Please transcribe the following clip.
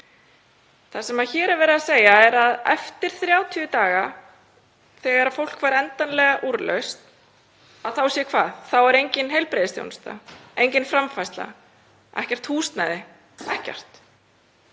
Það sem hér er verið að segja er að eftir 30 daga, þegar fólk fær endanlega úrlausn, að þá sé hvað? Þá er engin heilbrigðisþjónusta, engin framfærsla, ekkert húsnæði, ekkert.